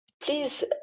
please